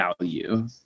value